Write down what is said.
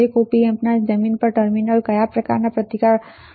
એક op amp ના જમીન પર ટર્મિનલ કયા પ્રતિકારનો ઉપયોગ કરવો